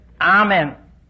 Amen